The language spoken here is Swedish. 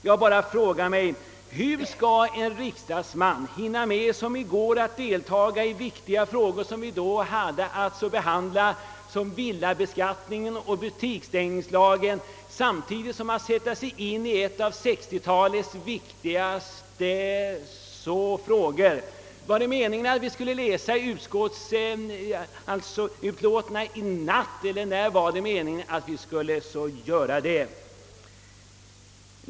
Jag bara frågar mig: Hur skulle en riksdagsman hinna med att under gårdagen delta i de viktiga ärenden, som vi då hade att behandla, villabeskattningen och affärstidslagen, och samtidigt sätta sig in i en av 1960-talets viktigaste frågor? Var det meningen att vi skulle läsa utskottsutlåtandena i natt eller när skulle vi göra det?